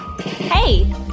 Hey